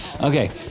Okay